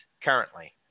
currently